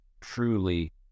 truly